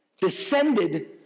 descended